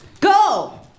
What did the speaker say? go